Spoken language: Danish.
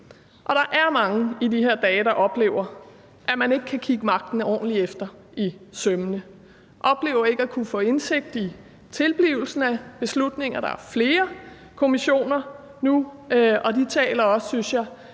Og der er mange i de her dage, der oplever, at man ikke kan kigge magten ordentligt efter i sømmene, og som oplever ikke at kunne få indsigt i tilblivelsen af beslutninger. Der er flere kommissioner nu, og de taler også, synes jeg,